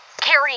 Carrie